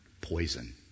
Poison